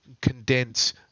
condense